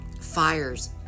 fires